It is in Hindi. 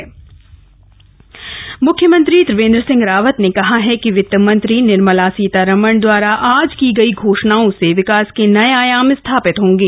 सीएम प्रतिक्रिया मुख्यमंत्री त्रिवेन्द्र सिंह रावत ने कहा है कि वित मंत्री निर्मला सीतारमण दवारा आज की गई घोषणाओं से विकास के नए आयाम स्थापित होंगे